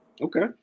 Okay